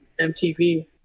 MTV